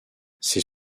ses